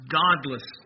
godless